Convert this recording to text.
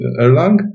Erlang